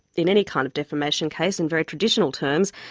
in any kind of defamation case, in very traditional terms,